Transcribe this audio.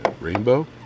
Rainbow